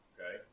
Okay